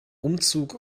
umzug